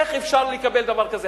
איך אפשר לקבל דבר כזה?